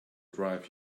drive